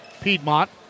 Piedmont